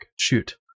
Shoot